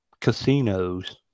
casinos